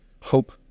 hope